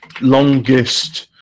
Longest